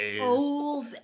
old